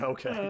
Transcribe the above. Okay